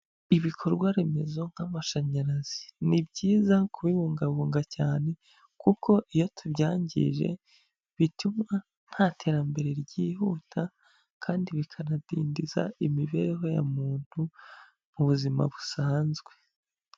Ibikorwaremezo nk'amashanyarazi, ni byiza kubibungabunga cyane kuko iyo tubyangije bituma nta terambere ryihuta kandi bikanadindiza imibereho ya muntu mu buzima busanzwe.